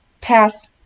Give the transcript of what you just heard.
past